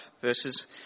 verses